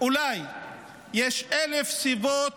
אולי יש אלף סיבות